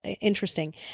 interesting